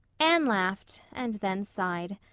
anne laughed and then sighed.